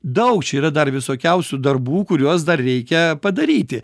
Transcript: daug čia yra dar visokiausių darbų kuriuos dar reikia padaryti